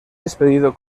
despedido